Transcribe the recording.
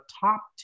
top